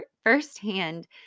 firsthand